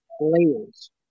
layers